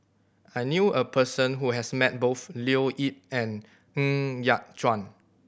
I knew a person who has met both Leo Yip and Ng Yat Chuan